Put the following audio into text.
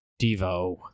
Devo